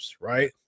right